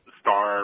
star